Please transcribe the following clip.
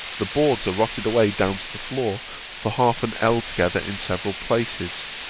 the boards are rotted away down to the floor for half an ell together in several places.